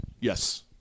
Yes